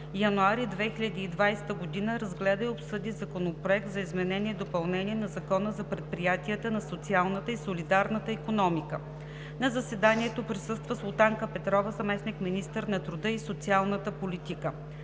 януари 2020 г., разгледа и обсъди Законопроекта за изменение и допълнение на Закона за предприятията на социалната и солидарна икономика. На заседанието присъства Султанка Петрова, заместник министър на труда и социалната политика.